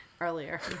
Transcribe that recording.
earlier